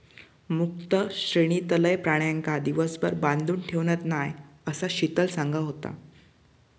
मुक्त श्रेणीतलय प्राण्यांका दिवसभर बांधून ठेवत नाय, असा शीतल सांगा होता